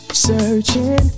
Searching